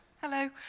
Hello